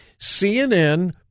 CNN